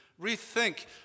rethink